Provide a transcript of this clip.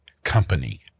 company